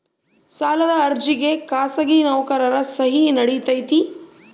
ಸಾಲದ ಅರ್ಜಿಗೆ ಖಾಸಗಿ ನೌಕರರ ಸಹಿ ನಡಿತೈತಿ?